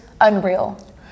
unreal